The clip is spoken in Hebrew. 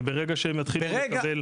וברגע שהם יתחילו לקבל,